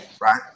Right